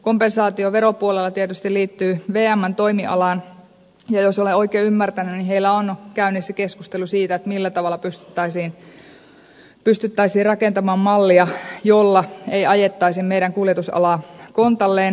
kompensaatio veropuolella tietysti liittyy vmn toimialaan ja jos olen oikein ymmärtänyt niin siellä on käynnissä keskustelu siitä millä tavalla pystyttäisiin rakentamaan mallia jolla ei ajettaisi meidän kuljetusalaamme kontalleen